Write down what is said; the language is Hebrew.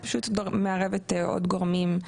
היא מערבת עוד גורמים,